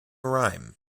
rhyme